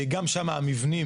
גם שם המבנים,